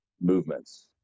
movements